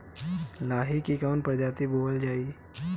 लाही की कवन प्रजाति बोअल जाई?